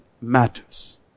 matters